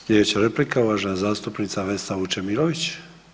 Sljedeća replika uvažena zastupnica Vesna Vučemilović.